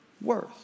worth